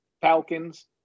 Falcons